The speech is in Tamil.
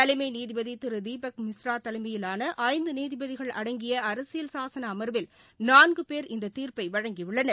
தலைமை நீதிபதி தீபக் மிஸ்ரா தலைமையிலான ஐந்து நீதிபதிகள் அடங்கிய அரசியல் சாசன அமர்வில் நான்கு பேர் இந்த தீர்ப்பை வழங்கியுள்ளனர்